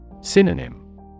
Synonym